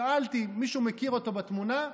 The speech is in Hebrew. שאלתי: מישהו מכיר אותו מהתמונה?